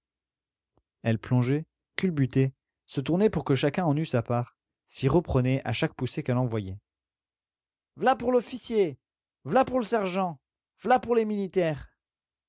elle plongeait culbutait se tournait pour que chacun en eût sa part s'y reprenait à chaque poussée qu'elle envoyait v'là pour l'officier v'là pour le sergent v'là pour les militaires